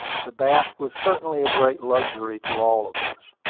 the bath was certainly a great luxury to all of us.